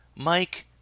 Mike